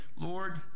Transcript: Lord